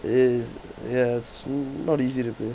ya is ya is not easy to do